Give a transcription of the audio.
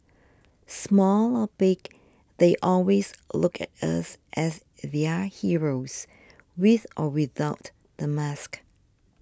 small or big they always look at us as their heroes with or without the mask